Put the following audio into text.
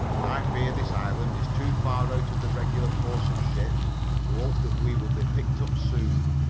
i fear this island is too far out of the regular course of ships to hope that we will be picked up soon.